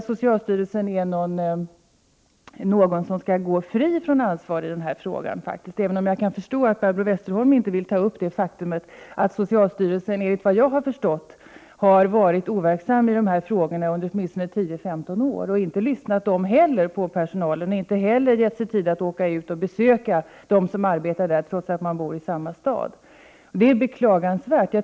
Socialstyrelsen bör inte gå fri från ansvar, även om jag kan förstå att Barbro Westerholm inte vill ta upp det faktum att socialstyrelsen, enligt vad jag har förstått, har varit overksam när det gäller dessa frågor under åtminstone 10-15 år. Inte heller har man på socialstyrelsen lyssnat till personalen eller gett sig tid att åka ut och besöka de som arbetar på rättsläkarstationen i Solna, trots att de båda verksamheterna är förlagda i samma stad.